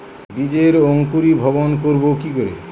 বীজের অঙ্কোরি ভবন করব কিকরে?